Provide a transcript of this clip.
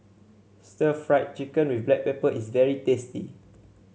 Stir Fried Chicken with Black Pepper is very tasty